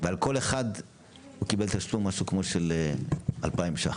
ועל כל אחד הוא קיבל תשלום משהו כמו 2,000 שקלים.